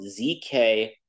ZK